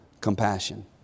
compassion